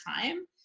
time